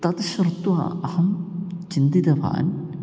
तत् श्रुत्वा अहं चिन्तितवान्